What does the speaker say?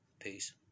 Peace